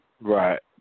Right